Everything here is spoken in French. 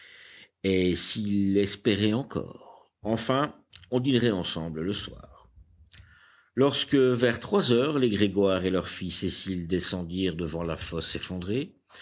et s'il espérait encore enfin on dînerait ensemble le soir lorsque vers trois heures les grégoire et leur fille cécile descendirent devant la fosse